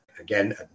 again